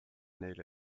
neile